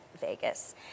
Vegas